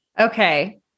Okay